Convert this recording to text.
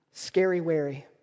Scary-wary